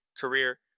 Career